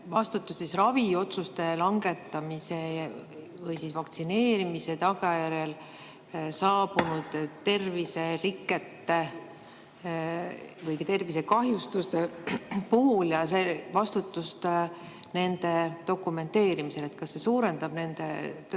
vastutust raviotsuste langetamise või vaktsineerimise tagajärjel saabunud terviserikete või tervisekahjustuste puhul ja vastutust nende dokumenteerimisel? Kas see eelnõu suurendab nende töötajate